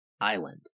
Island